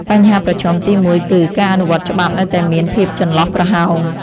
បញ្ហាប្រឈមទីមួយគឺ ការអនុវត្តច្បាប់នៅតែមានភាពចន្លោះប្រហោង។